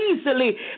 easily